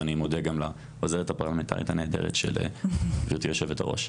ואני מודה גם לעוזרת הפרלמנטרית הנהדרת של גברת היו"ר.